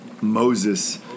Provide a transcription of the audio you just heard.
Moses